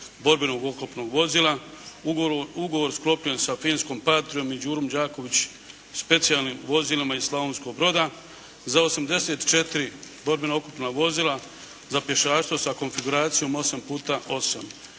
oklopnog vozila. Ugovor sklopljen sa finskom …/Govornik se ne razumije./… i "Đurom Đaković", specijalnim vozilima iz Slavonskog Broda za 84 borbeno oklopna vozila za pješaštvo sa konfiguracijom 8